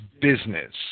business